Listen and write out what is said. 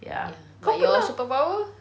ya but your super power